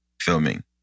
filming